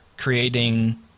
creating